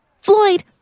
Floyd